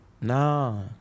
Nah